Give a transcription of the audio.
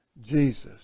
Jesus